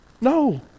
No